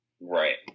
Right